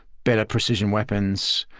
better precision weapons,